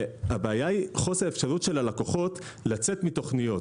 הבעיה היא חוסר אפשרות של הלקוחות לצאת מתוכניות,